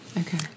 okay